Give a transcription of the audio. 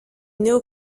néo